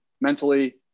mentally